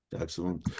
Excellent